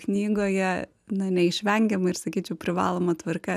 knygoje na neišvengiama ir sakyčiau privaloma tvarka